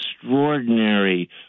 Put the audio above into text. extraordinary